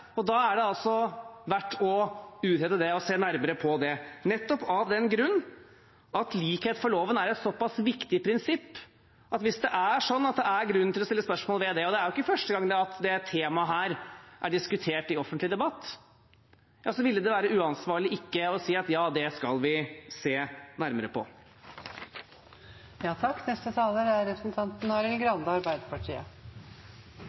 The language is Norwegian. Da er det altså verdt å utrede og se nærmere på det, nettopp av den grunn at likhet for loven er et såpass viktig prinsipp at hvis det er grunn til å stille spørsmål ved det, ville det være uansvarlig ikke å si at vi skal se nærmere på det. Det er ikke første gang dette temaet er diskutert i en offentlig debatt. Jeg skal bare kommentere Fremskrittspartiets forsøk på å påstå noe annet enn det